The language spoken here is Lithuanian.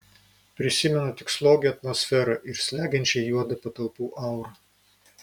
prisimenu tik slogią atmosferą ir slegiančiai juodą patalpų aurą